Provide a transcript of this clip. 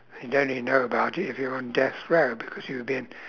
you'd only know about it if you're on death row because you'll be an